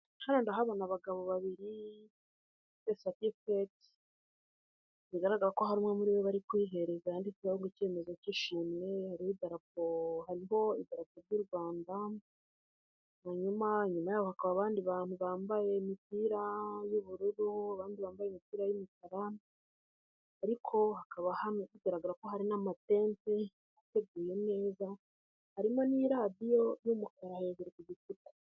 Hano ndahabona abagabo bafite satifiketi bigaragara ko hari umwe muri bo bari kuyihereza yanditseho ngo ikemezo k'ishimwe hariho idarapo ry'u Rwanda, hanyuma inyuma yaho hakaba abandi bantu bambaye imipira y'ubururu abandi bambaye imipira y'imikara ariko hakaba bigaragara ko hari n'amatente ateguye neza harimo n'iradiyo y'umukara hejuru ku gikuta.